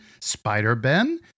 Spider-Ben